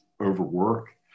Overwork